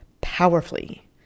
powerfully